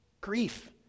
Grief